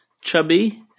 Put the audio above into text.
Chubby